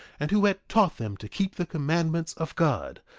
and who had taught them to keep the commandments of god,